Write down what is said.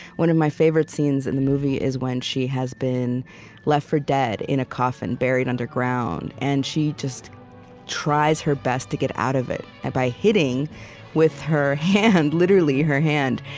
one of my favorite scenes in the movie is when she has been left for dead in a coffin buried underground, and she just tries her best to get out of it and by hitting with her hand, literally her hand,